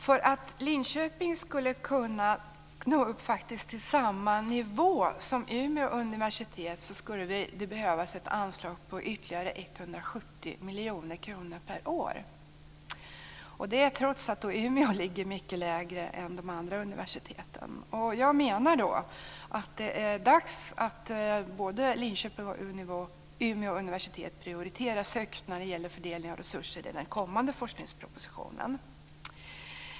För att Linköping skulle kunna nå upp till samma nivå som Umeå universitet skulle det behövas ett anslag på ytterligare 170 miljoner kronor per år, och det trots att Umeå ligger mycket lägre än de andra universiteten. Jag menar att det är dags att både Linköpings och Umeå universitet prioriteras högt när det gäller fördelning av resurser i den kommande forskningspropositionen.